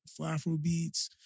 Afrobeats